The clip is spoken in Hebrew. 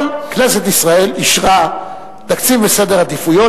אבל כנסת ישראל אישרה תקציב וסדר עדיפויות